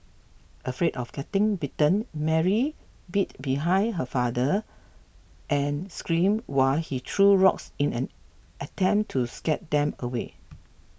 afraid of getting bitten Mary bid behind her father and scream while he threw rocks in an attempt to scare them away